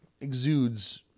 exudes